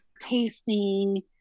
tasting